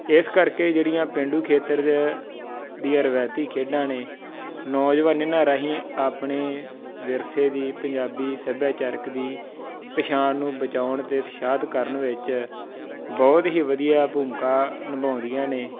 ਇਸ ਕਰਕੇ ਜਿਹੜੀਆਂ ਪੇਂਡੂ ਖੇਤਰ ਦੇ ਦੀਆਂ ਰਵਾਇਤੀ ਖੇਡਾਂ ਨੇ ਨੌਜਵਾਨ ਇਹਨਾਂ ਰਾਹੀਂ ਆਪਣੇ ਵਿਰਸੇ ਦੀ ਪੰਜਾਬੀ ਸੱਭਿਆਚਾਰਕ ਦੀ ਪਹਿਚਾਣ ਨੂੰ ਬਚਾਉਣ ਅਤੇ ਉਤਸ਼ਾਹਿਤ ਕਰਨ ਵਿੱਚ ਬਹੁਤ ਹੀ ਵਧੀਆ ਭੂਮਿਕਾ ਨਿਭਾਉਂਦੀਆਂ ਨੇ